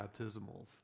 baptismals